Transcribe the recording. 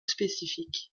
spécifiques